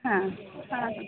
ಹಾಂ ಹಾಂ